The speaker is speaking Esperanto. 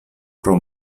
pro